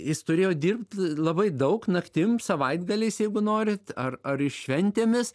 jis turėjo dirbt labai daug naktim savaitgaliais jeigu norit ar ar šventėmis